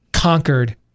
conquered